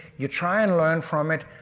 you try and learn from it,